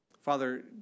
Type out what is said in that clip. Father